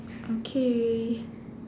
okay